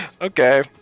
Okay